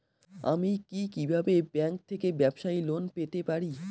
আমি কি কিভাবে ব্যাংক থেকে ব্যবসায়ী লোন পেতে পারি?